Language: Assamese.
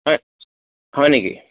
হয় হয় নেকি